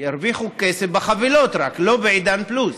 ירוויחו כסף רק בחבילות, לא בעידן פלוס.